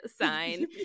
sign